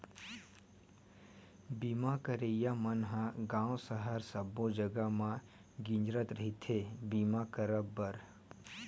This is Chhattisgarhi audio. बीमा करइया मन ह गाँव सहर सब्बो जगा म गिंजरत रहिथे बीमा करब बर